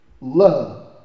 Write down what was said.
love